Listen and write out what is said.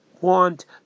want